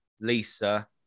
Lisa